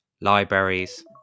libraries